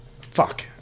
Fuck